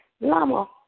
Lama